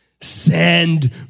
Send